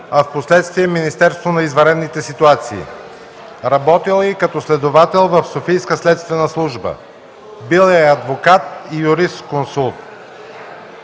а впоследствие и заместник-министър на извънредните ситуации. Работил е и като следовател в Софийската следствена служба. Бил е адвокат и юрисконсулт.